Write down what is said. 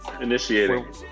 Initiating